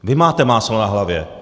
Vy máte máslo na hlavě.